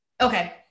Okay